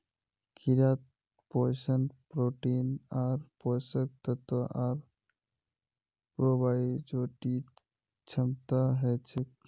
कीड़ात पोषण प्रोटीन आर पोषक तत्व आर प्रोबायोटिक क्षमता हछेक